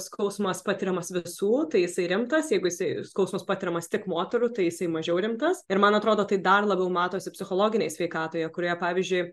skausmas patiriamas visų tai jisai rimtas jeigu jisai skausmas patiriamas tik moterų tai jisai mažiau rimtas ir man atrodo tai dar labiau matosi psichologinėj sveikatoje kurioje pavyzdžiui